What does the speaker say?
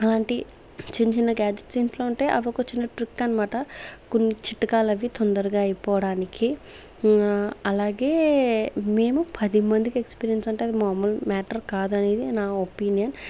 అలాంటి చిన్న చిన్న గ్యాడ్జెట్స్ ఇంట్లో ఉంటే అవి ఒక చిన్న ట్రిక్ అనమాట కొన్ని చిట్కాలు అవి తొందరగా అయిపోవడానికి అలాగే మేము పదిమందికి ఎక్స్పీరియన్స్ అంటే అది మామూలు మ్యాటర్ కాదు అనేది నా ఒపీనియన్